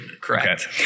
Correct